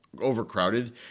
overcrowded